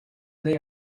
they